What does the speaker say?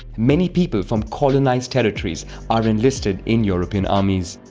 many people from colonized territories are enlisted in european armies.